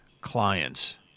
clients